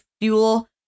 fuel